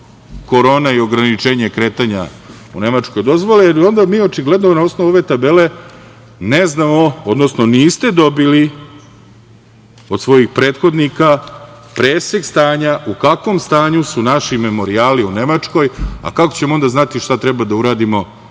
korona i ograničenje kretanja u Nemačkoj dozvoli, jer onda mi očigledno na osnovu ove tabele ne znamo, odnosno niste dobili od svojih prethodnika presek stanja u kakvom stanju su naši memorijali u Nemačkoj, a kako ćemo onda znati šta treba da uradimo